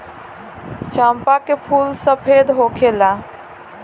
चंपा के फूल सफेद होखेला